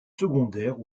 secondaires